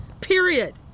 period